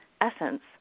essence